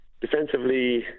Defensively